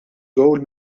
gowl